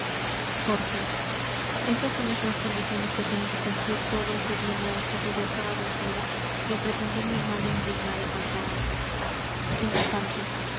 pórcia esas son las tres condiciones que tiene que cumplir todo el que viene á esta dudosa aventura y á pretender mi mano indigna de tanta honra el infante